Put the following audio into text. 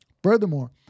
Furthermore